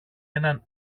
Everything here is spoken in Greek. έναν